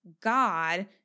God